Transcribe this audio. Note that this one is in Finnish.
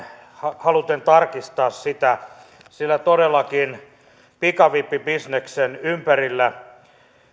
haluten tarkistaa sitä sillä todellakin pikavippibisneksen ympärillä